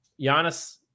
Giannis